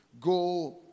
go